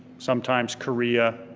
sometimes korea